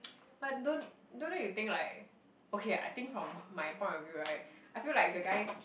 but don't don't know you think like okay I think from my point of view right I feel like if the guy